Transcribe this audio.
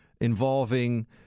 involving